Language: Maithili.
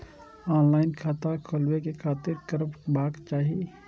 ऑनलाईन खाता खोलाबे के खातिर कि करबाक चाही?